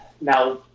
now